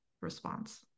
response